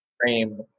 frame